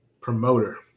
promoter